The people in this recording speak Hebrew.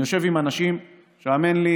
אני יושב עם אנשים שהאמן לי,